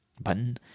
button